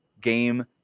game